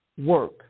work